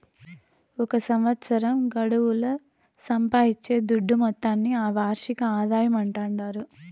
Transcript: ఒక సంవత్సరం గడువుల సంపాయించే దుడ్డు మొత్తాన్ని ఆ వార్షిక ఆదాయమంటాండారు